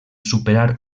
superar